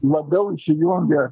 labiau įsijungė